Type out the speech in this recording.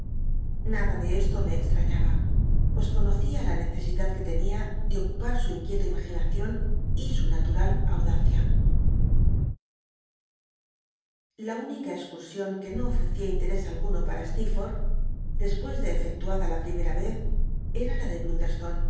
nada de eslo me extrañaba pues conocía la necesidad que tenia de ocupo su inquieta imaginacion y su natura l audacia la única escusion que no of para stcerfol h despues de efectuada la primera vez era la de